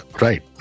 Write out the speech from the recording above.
right